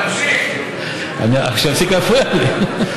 שיפסיק להפריע לי.